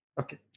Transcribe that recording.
Okay